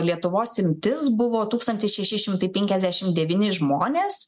lietuvos imtis buvo tūkstantis šeši šimtai penkiasdešimt devyni žmonės